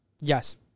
Yes